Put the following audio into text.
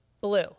blue